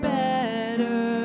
better